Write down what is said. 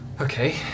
Okay